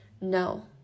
no